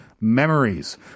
memories